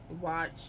watch